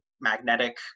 magnetic